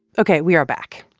ok, we are back.